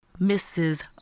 Mrs